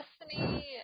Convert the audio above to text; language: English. Destiny